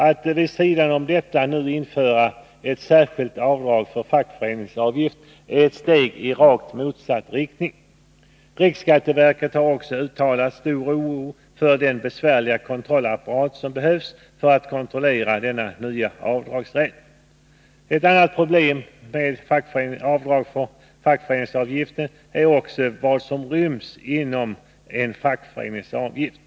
Att nu vid sidan av detta införa ett särskilt avdrag för fackföreningsavgift är ett steg i rakt motsatt riktning. Riksskatteverket har också uttalat stor oro för den besvärliga kontrollapparat som behövs för att kontrollera denna nya avdragsrätt. Ett annat problem är också vad som menas med fackföreningsavgift.